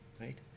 right